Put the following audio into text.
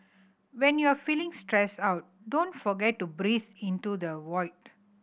when you are feeling stressed out don't forget to breathe into the void